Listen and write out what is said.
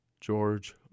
George